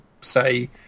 say